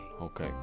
Okay